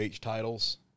titles